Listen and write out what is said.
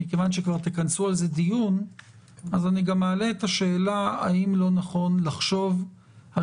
מכיוון שכבר תכנסו על זה דיון אני גם מעלה את השאלה האם לא נכון לחשוב על